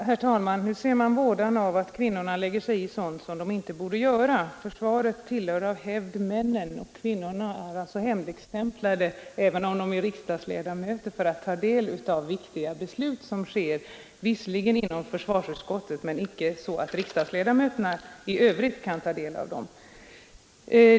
Herr talman! Nu ser man vådan av att kvinnorna lägger sig i sådant som de enligt en del inte borde befatta sig med. Försvaret tillhör av hävd männen. För kvinnorna, även om de är riksdagsledamöter, hemligstämplas således viktiga beslut. Låt vara att det rört sig om avgöranden i försvarsutskottet — riksdagsledamöterna i övrigt kan inte ta del av besluten.